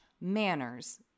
manners